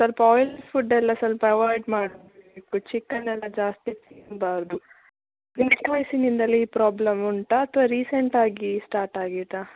ಸ್ವಲ್ಪ oil food ಎಲ್ಲ ಸ್ವಲ್ಪ ಅವಾಯ್ಡ್ ಮಾಡಬೇಕು ಚಿಕನ್ ಎಲ್ಲ ಜಾಸ್ತಿ ತಿನ್ನಬಾರ್ದು ಚಿಕ್ಕ ವಯಸ್ಸಿನಿಂದಲೇ ಈ ಪ್ರಾಬ್ಲಮ್ ಉಂಟಾ ಅಥವಾ ರೀಸೆಂಟ್ ಆಗಿ ಸ್ಟಾರ್ಟ್ ಆಗಿದ್ದಾ